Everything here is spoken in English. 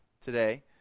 Today